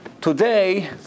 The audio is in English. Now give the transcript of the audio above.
Today